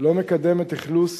לא מקדם את אכלוס